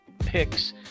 picks